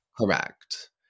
Correct